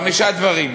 חמישה דברים.